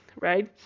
right